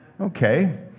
Okay